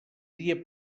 dia